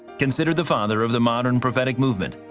considered the father of the modern prophetic movement,